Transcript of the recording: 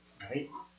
Right